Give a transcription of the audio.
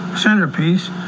centerpiece